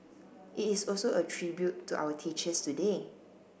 it is also a tribute to our teachers today